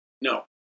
No